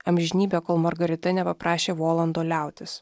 amžinybė kol margarita nepaprašė volando liautis